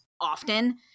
often